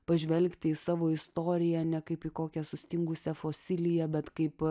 pažvelgti į savo istoriją ne kaip į kokią sustingusią fosiliją bet kaip